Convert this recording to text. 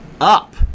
up